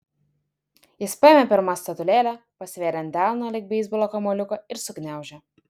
jis paėmė pirmą statulėlę pasvėrė ant delno lyg beisbolo kamuoliuką ir sugniaužė